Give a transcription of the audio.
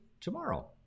tomorrow